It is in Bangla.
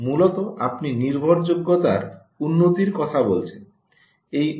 এবং মূলত আপনি নির্ভরযোগ্যতার উন্নতির কথা বলছেন